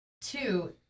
Two